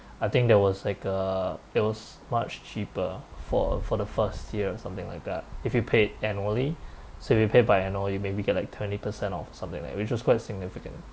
I think there was like a it was much cheaper for for the first year or something like that if you paid annually so if you pay by annual you maybe get like twenty percent off something like which was quite significant